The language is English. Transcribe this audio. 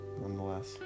nonetheless